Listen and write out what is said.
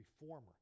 reformer